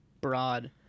broad